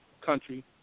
country